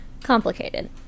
Complicated